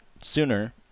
sooner